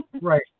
Right